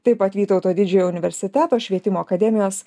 taip pat vytauto didžiojo universiteto švietimo akademijos